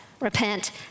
repent